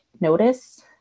notice